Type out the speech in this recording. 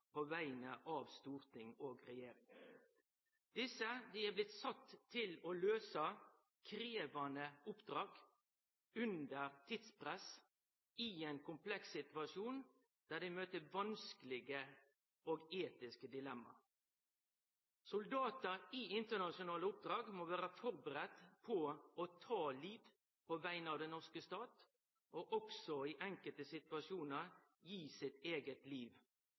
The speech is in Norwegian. på vegner av storting og regjering. Desse har vorte sette til å løyse krevjande oppdrag i komplekse situasjonar og under tidspress, og dei har møtt vanskelege etiske dilemma. Soldatar på internasjonale oppdrag må vere budde på å ta liv på vegner av den norske staten og i enkelte situasjonar gi sitt eige liv